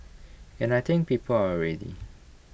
and I think people are ready